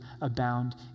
abound